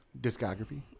Discography